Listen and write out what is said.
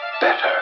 better